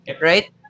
right